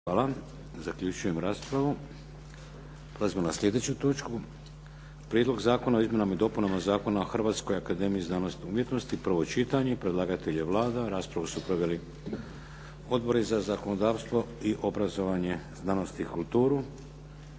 Vladimir (HDZ)** Prelazimo na sljedeću točku 6. Prijedlog zakona o izmjenama i dopunama Zakona o Hrvatskoj akademiji znanosti i umjetnosti, prvo čitanje, P.Z. br. 276 Predlagatelj je Vlada. Raspravu su proveli Odbori za zakonodavstvo i obrazovanje, znanost i kulturu.